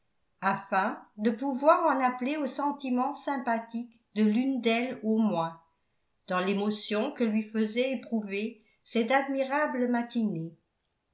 afin de pouvoir en appeler aux sentiments sympathiques de l'une d'elles au moins dans l'émotion que lui faisait éprouver cette admirable matinée